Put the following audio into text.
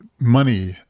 money